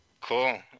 Cool